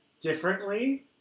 differently